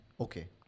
Okay